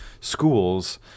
schools